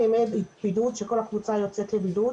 ימי הבידוד כשכל הקבוצה יוצאת לבידוד,